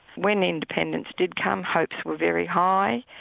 when independence did come, hopes were very high,